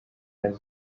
kandi